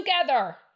together